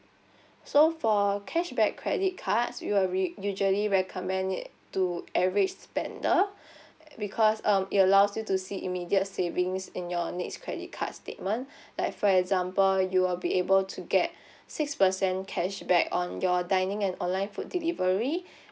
so for cashback credit cards you are re~ usually recommend it to average spender because um it allows you to see immediate savings in your next credit card statement like for example you will be able to get six percent cashback on your dining and online food delivery